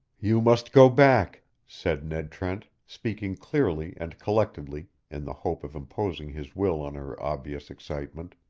you must go back, said ned trent, speaking clearly and collectedly, in the hope of imposing his will on her obvious excitement.